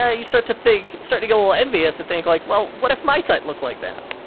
ah you start to think, start to get a little envious and think, like, well, what if my site looked like that?